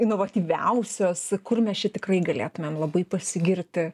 inovatyviausios kur mes čia tikrai galėtumėm labai pasigirti